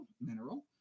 mineral